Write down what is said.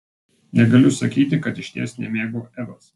negaliu sakyti kad išties nemėgau evos